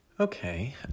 Okay